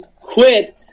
quit